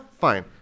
Fine